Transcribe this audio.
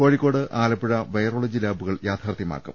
Kozhikode Alappuzha virology ലാബുകൾ യാഥാർത്ഥ്യമാക്കും